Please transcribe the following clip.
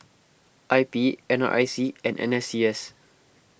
I P N R I C and N S C S